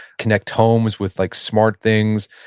connect homes with like smart things.